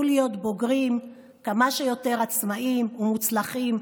להיות בוגרים כמה שיותר עצמאיים ומוצלחים,